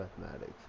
mathematics